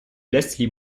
leslie